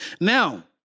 Now